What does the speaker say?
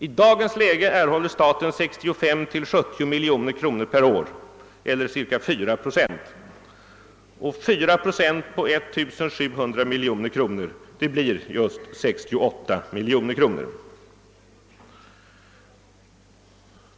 I dagens läge erhåller staten 65 å 70 miljoner kronor per år eller cirka 4 procent. Fyra procent på 1700 miljoner kronor blir just 68 miljoner kronor.